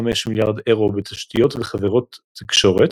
מיליארד אירו בתשתיות וחברות תקשורת,